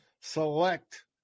select